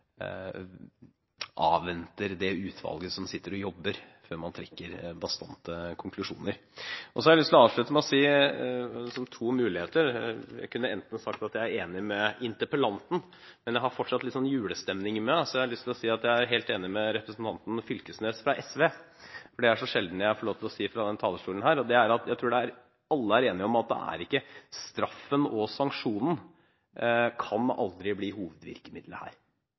avventer det utvalget som sitter og jobber, før man trekker bastante konklusjoner. Så har jeg lyst til å avslutte med å si som to muligheter: Jeg kunne ha sagt at jeg er enig med interpellanten. Men jeg har fortsatt litt julestemning i meg, så jeg har lyst til å si at jeg er helt enig med representanten Knag Fylkesnes fra SV, for det er så sjelden jeg får sagt fra denne talerstolen. Jeg tror alle er enige om at straffen og sanksjonen aldri kan bli hovedvirkemidlet her. Det er egentlig bare å se på at i det